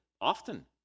often